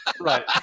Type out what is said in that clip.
Right